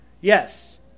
Yes